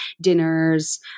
dinners